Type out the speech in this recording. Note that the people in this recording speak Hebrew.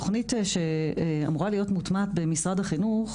תוכנית שאמורה להיות מוטמעת במשרד החינוך,